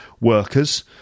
workers